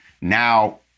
now